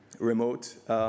remote